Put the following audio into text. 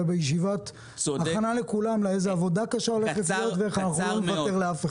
אלא הכנה לאיזה עבודה קשה הולכת להיות ואיך אנחנו לא נוותר לאף אחד.